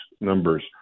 numbers